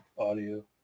audio